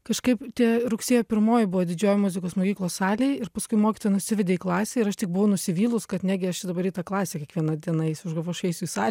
kažkaip tie rugsėjo pirmoji buvo didžiojoj muzikos mokyklos salėj ir paskui mokytoja nusivedė į klasę ir aš tik buvau nusivylus kad negi aš čia dabar į tą klasę kiekvieną dieną eisiu aš galvojau aš eisiu į salę